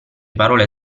parole